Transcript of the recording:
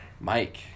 Mike